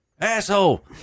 asshole